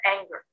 anger